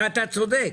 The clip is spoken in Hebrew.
ואתה צודק.